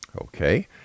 Okay